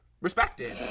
Respected